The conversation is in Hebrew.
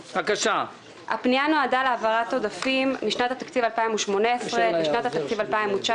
הפנייה נועדה להעברת עודפים משנת התקציב 2018 לשנת התקציב 2019,